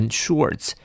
shorts